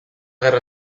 guerra